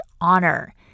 honor